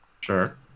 Sure